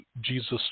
Jesus